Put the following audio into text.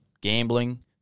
gambling